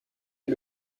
est